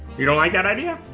you don't like that idea?